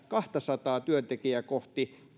kahtasataa työntekijää kohti